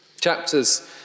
Chapters